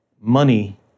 money